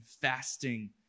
fasting